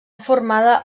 formada